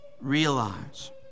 realize